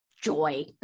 joy